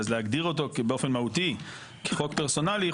אז להגדיר אותו באופן מהותי כחוק פרסונלי,